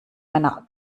meiner